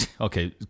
okay